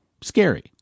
Scary